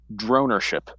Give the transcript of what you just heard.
dronership